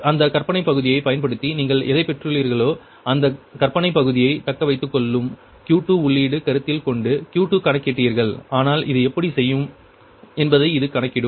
அந்த கற்பனைப் பகுதியைப் பயன்படுத்தி நீங்கள் எதைப் பெற்றுள்ளீர்களோ அந்தக் கற்பனைப் பகுதியைத் தக்கவைத்துக்கொள்ளும் Q2 உள்ளீடு கருத்தில் கொண்டு Q2 கணக்கிட்டீர்கள் ஆனால் இது எப்படிச் செய்யும் என்பதை இது கணக்கிடும்